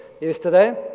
yesterday